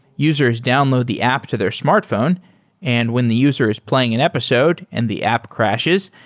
users download the app to their smartphone and when the user is playing an episode and the app crashes,